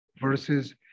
versus